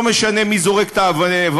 לא משנה מי זורק את האבנים,